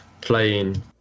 playing